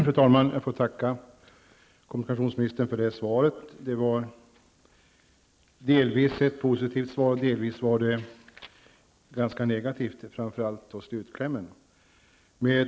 Fru talman! Jag får tacka kommunikationsministern för hans svar på min fråga. Delvis var det ett positivt svar, delvis ett ganska negativt svar, framför allt i slutklämmen.